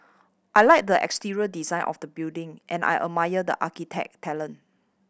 I like the exterior design of the building and I admire the architect talent